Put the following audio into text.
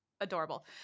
adorable